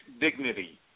dignity